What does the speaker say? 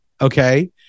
Okay